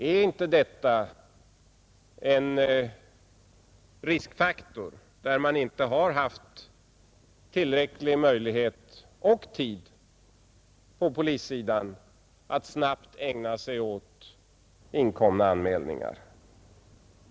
Är det inte en riskfaktor då man på polissidan inte har haft tillräcklig möjlighet och tid att snabbt ägna sig åt inkomna anmälningar?